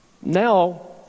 Now